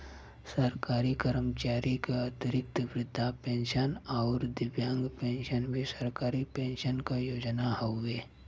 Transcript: सरकारी कर्मचारी क अतिरिक्त वृद्धा पेंशन आउर दिव्यांग पेंशन भी सरकारी पेंशन क योजना हउवे